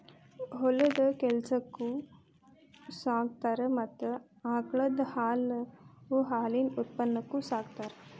ಹೊಲದ ಕೆಲಸಕ್ಕು ಸಾಕತಾರ ಮತ್ತ ಆಕಳದ ಹಾಲು ಹಾಲಿನ ಉತ್ಪನ್ನಕ್ಕು ಸಾಕತಾರ